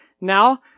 now